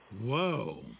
Whoa